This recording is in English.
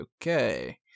okay